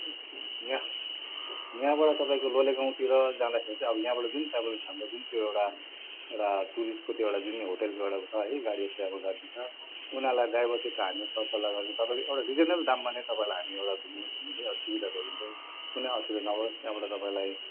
यहाँ यहाँबाट तपाईँको लोले गाउँतिर जाँदाखेरि चाहिँ अब यहाँबाट जुन ट्राभल हाम्रो जुन त्यो एउटा एउटा टुरिस्टको त्यो एउटा होटेलको एउटा छ है गाडी ट्राभल गाडी छ उनीहरूलाई ड्राइभरसित हामी सर सल्लाह गरेर तपाईँलाई एउटा रिजनेबल दाममा नै तपाईँलाई हामी एउटा घुम्नुको निम्ति एउटा सुविधा गर्दिन्छौँ कुनै असुविधा नहोस् त्यहाँबाट तपाईँलाई